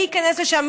מי ייכנס לשם?